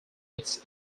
its